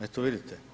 Eto vidite.